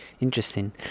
Interesting